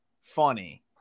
funny